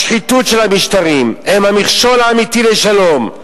השחיתות של המשטרים היא המכשול האמיתי לשלום.